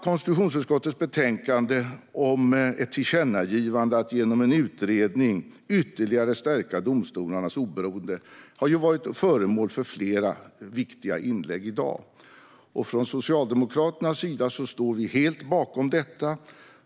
Konstitutionsutskottets betänkande om ett tillkännagivande rörande att genom en utredning ytterligare stärka domstolarnas oberoende har varit föremål för flera viktiga inlägg i dag. Från Socialdemokraternas sida står vi helt bakom detta.